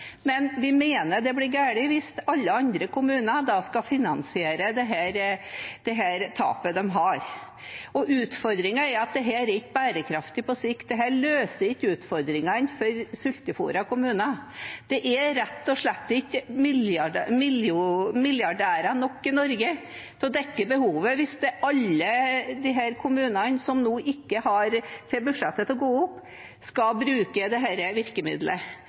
men vi mener det blir galt hvis alle andre kommuner da skal finansiere det tapet de har. Utfordringen er at dette er ikke bærekraftig på sikt, dette løser ikke utfordringene for sultefôrede kommuner. Det er rett og slett ikke milliardærer nok i Norge til å dekke behovet hvis alle disse kommunene som nå ikke får budsjettet til å gå opp, skal bruke dette virkemidlet. Det